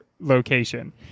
Location